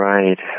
Right